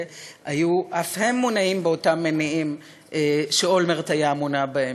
היו אף הם מונעים מאותם מניעים שאולמרט היה מונע מהם.